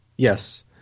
Yes